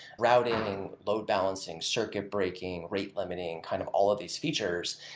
routing, load balancing, circuit breaking, rate limiting kind of all of these features.